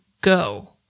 go